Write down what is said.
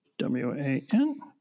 W-A-N